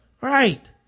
Right